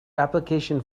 application